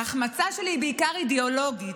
ההחמצה שלי היא בעיקר אידיאולוגית,